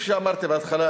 כפי שאמרתי בהתחלה,